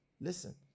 Listen